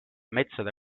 metsade